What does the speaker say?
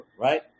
right